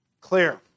Clear